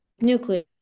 nuclear